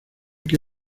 que